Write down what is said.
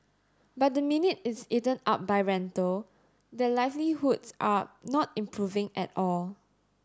but the minute it's eaten up by rental their livelihoods are not improving at all